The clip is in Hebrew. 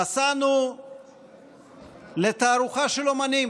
נסענו לתערוכה של אומנים,